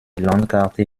landkarte